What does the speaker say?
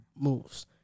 moves